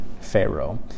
Pharaoh